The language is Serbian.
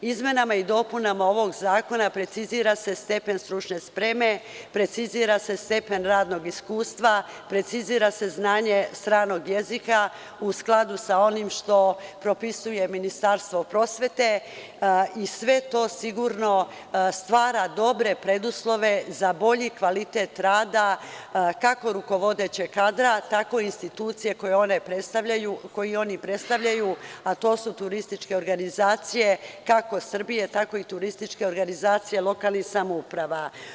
Izmenama i dopunama ovog zakona precizira se stepen stručne spreme, precizira se stepen radnog iskustva, precizira se znanje stranog jezika u skladu sa onim što propisuje Ministarstvo prosvete i sve to sigurno stvara dobre preduslove za bolji kvalitet rada, kako rukovodećeg kadra, tako i institucija koje oni predstavljaju, a to su turističke organizacije, kako Srbije, tako i turističke organizacije lokalnih samouprava.